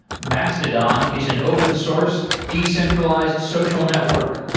mastodon is an open source decentralized social network.